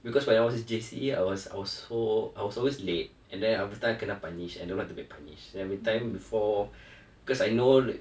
because when I was in J_C I was I was so I was always late and then every time I kena punished and I don't like to be punished then everytime before because I know l~